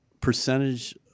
Percentage